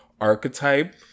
archetype